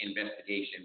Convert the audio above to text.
investigation